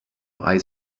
eyes